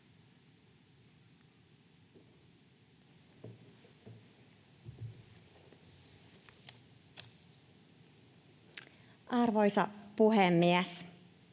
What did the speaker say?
Arvoisa puhemies!